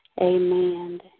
amen